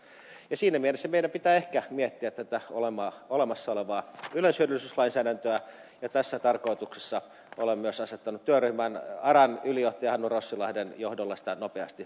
siinä mielessä meidän pitää ehkä miettiä tätä olemassa olevaa yleishyödyllisyyslainsäädäntöä ja tässä tarkoituksessa olen myös asettanut työryhmän aran ylijohtajan hannu rossilahden johdolla sitä nopeasti selvittämään